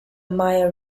maya